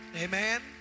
Amen